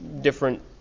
different